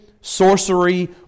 sorcery